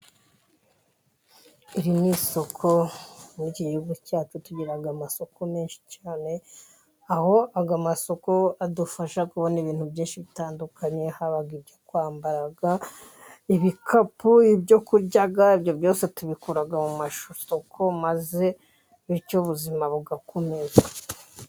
iri ni isoko mu gihugu cyacu tugira amasoko menshi cyane aho amasoko adufasha kubona ibintu byinshi bitandukanye haba kwambara, ibikapu, ibyo kurya byose tubikura mu masoko maze bityo ubuzima bugakomeza.